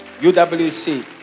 UWC